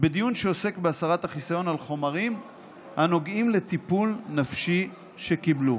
בדיון שעוסק בהסרת החיסיון על חומרים הנוגעים לטיפול נפשי שקיבלו.